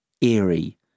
eerie